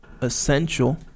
essential